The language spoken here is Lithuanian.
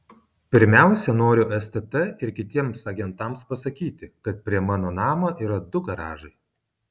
pirmiausia noriu stt ir kitiems agentams pasakyti kad prie mano namo yra du garažai